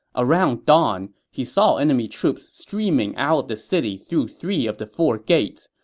around dawn, he saw enemy troops streaming out of the city through three of the four gates.